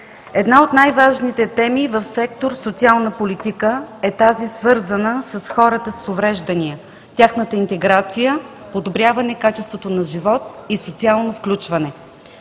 Една от най-важните теми в сектор „Социална политика“ е тази, свързана с хората с увреждания, тяхната интеграция, подобряване качеството на живот и социалното включване.